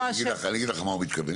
אני אגיד לך מה הוא מתכוון,